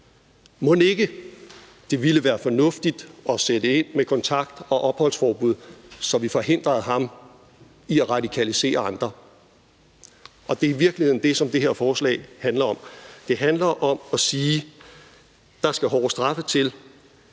Mon ikke det ville være fornuftigt at sætte ind med kontakt- og opholdsforbud, så vi forhindrer ham i at radikalisere andre? Det er i virkeligheden det, som det her forslag handler om. Det handler om at sige, at der skal hårde straffe til,